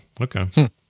Okay